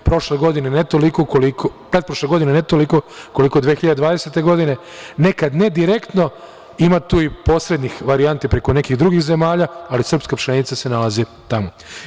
Pretprošle godine ne toliko koliko 2020. godine, nekad ne direktno, ima tu i posrednih varijanti preko nekih drugih zemalja, ali srpska pšenica se nalazi tamo.